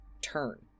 turn